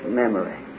memory